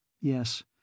Yes